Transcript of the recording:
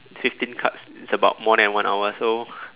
fifteen cards it's about more than one hour so